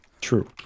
True